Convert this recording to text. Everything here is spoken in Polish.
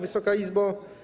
Wysoka Izbo!